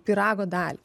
pyrago dal